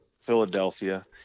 Philadelphia